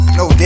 no